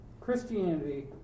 Christianity